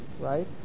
right